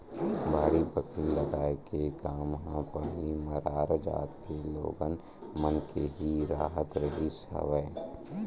बाड़ी बखरी लगाए के काम ह पहिली मरार जात के लोगन मन के ही राहत रिहिस हवय